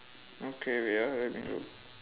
okay wait ah where did it go